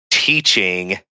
Teaching